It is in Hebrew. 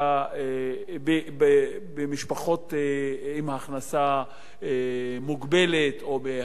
במשפחות עם הכנסה מוגבלת או במשפחות עניות.